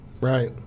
Right